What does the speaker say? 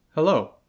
Hello